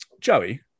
Joey